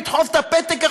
לדחוף את הפתק בכותל,